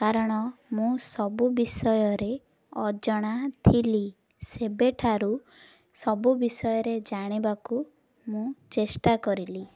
କାରଣ ମୁଁ ସବୁ ବିଷୟରେ ଅଜଣା ଥିଲି ସେବେଠାରୁ ସବୁ ବିଷୟରେ ଜାଣିବାକୁ ମୁଁ ଚେଷ୍ଟା କରିଲି